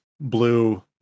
Blue